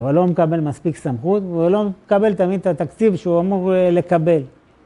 הוא לא מקבל מספיק סמכות והוא לא מקבל תמיד את התקציב שהוא אמור לקבל